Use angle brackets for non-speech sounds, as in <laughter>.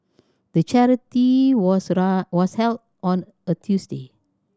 the charity was <unintelligible> was held on a Tuesday